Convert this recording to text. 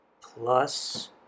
plus